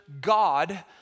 God